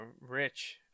Rich